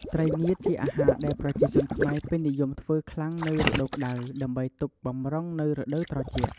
ត្រីងៀតជាអាហារដែលប្រជាជនខ្មែរពេញនិយមធ្ចើខ្លាំងនៅរដូវក្ដៅដើម្បីទុកបម្រុងនៅរដូវត្រជាក់។